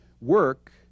work